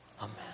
Amen